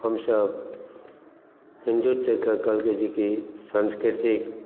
हमसब हिन्दुत्वके कहलकै जे कि संस्कृतिक